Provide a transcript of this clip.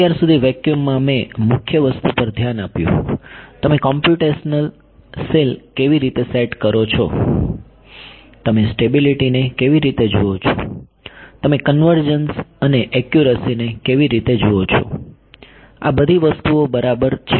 અત્યાર સુધી વેક્યુમ માં મેં મુખ્ય વસ્તુ પર ધ્યાન આપ્યું તમે કોમ્પ્યુટેશનલ સેલ કેવી રીતે સેટ કરો છો તમે સ્ટેબિલિટી ને કેવી રીતે જુઓ છો તમે કન્વર્જન્સ અને એક્યુરસીને કેવી રીતે જુઓ છો આ બધી વસ્તુઓ બરાબર છે